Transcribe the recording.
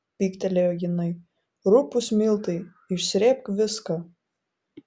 pyktelėjo jinai rupūs miltai išsrėbk viską